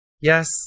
Yes